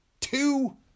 Two